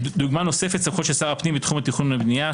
דוגמה נוספת - סמכויות שר הפנים בתחום התכנון והבנייה,